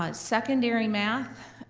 ah secondary math.